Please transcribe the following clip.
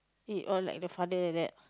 eat all like the father like that